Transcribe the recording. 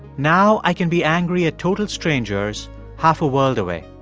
now i can be angry at total strangers half a world away.